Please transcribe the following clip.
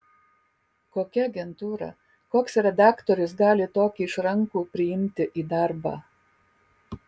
kokia agentūra koks redaktorius gali tokį išrankų priimti į darbą